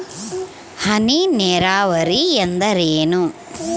ಹನಿ ನೇರಾವರಿ ಎಂದರೇನು?